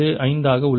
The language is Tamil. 225 ஆக உள்ளது